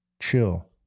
Chill